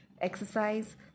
exercise